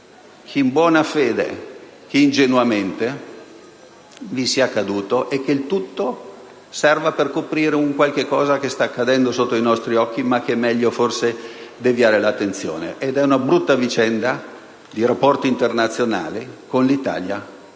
chi in buona fede, chi ingenuamente vi sia caduto - serva per coprire qualcosa che sta accadendo sotto i nostri occhi, ma da cui forse è meglio deviare l'attenzione. Ed è una brutta vicenda di rapporti internazionali tra l'Italia